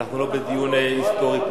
אבל אנחנו לא בדיון היסטורי פה.